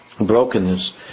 brokenness